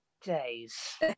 days